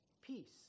peace